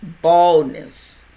baldness